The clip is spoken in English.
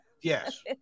Yes